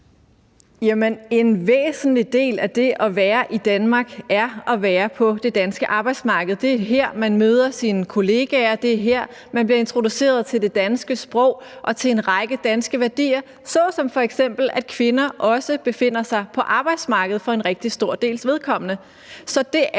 En væsentlig del af det at være i Danmark er at være på det danske arbejdsmarked. Det er her, man møder sine kollegaer, det er her, man bliver introduceret til det danske sprog og til en række danske værdier, såsom f.eks. at kvinder også befinder sig på arbejdsmarkedet for en rigtig stor dels vedkommende.